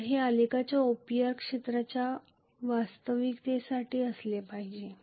तर हे आलेखाच्या OPR क्षेत्राच्या वास्तविकतेसारखे असले पाहिजे